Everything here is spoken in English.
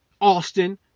Austin